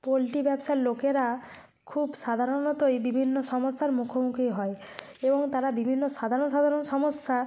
poultry ব্যবসার লোকেরা খুব সাধারণত এই বিভিন্ন সমস্যার মুখোমুখি হয় এবং তারা বিভিন্ন সাধারণ সাধারণ সমস্যা